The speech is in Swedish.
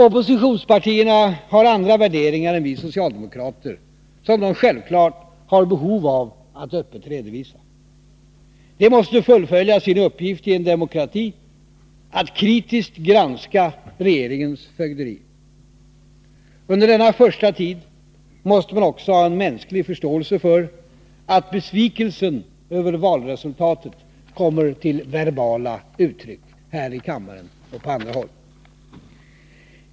Oppositionspartierna har andra värderingar än vi socialdemokrater som de självfallet har ett behov av att öppet redovisa. De måste fullfölja sin uppgift i en demokrati att kritiskt granska regeringens fögderi. Under denna första tid måste man också ha en mänsklig förståelse för att besvikelsen över valresultatet kommer till verbala uttryck här i kammaren och på andra håll.